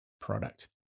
product